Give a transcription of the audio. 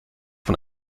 von